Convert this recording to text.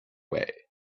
way